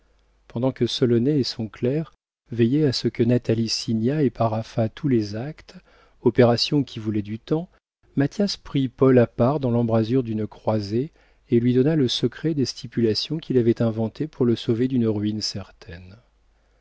pendant que solonet et son clerc veillaient à ce que natalie signât et paraphât tous les actes opération qui voulait du temps mathias prit paul à part dans l'embrasure d'une croisée et lui donna le secret des stipulations qu'il avait inventées pour le sauver d'une ruine certaine